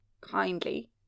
kindly